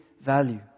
value